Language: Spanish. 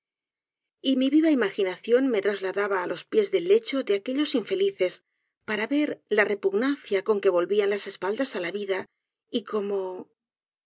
otra y mi viva imaginación me trasladaba á los pies del lecho de aquellos infelices para ver la repugnancia con que volvían las espaldas á la vida y cómo